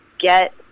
get